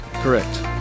correct